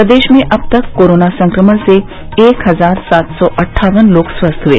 प्रदेश में अब तक कोरोना संक्रमण से एक हजार सात सौ अट्ठावन लोग स्वस्थ हुए